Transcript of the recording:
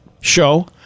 show